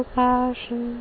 passion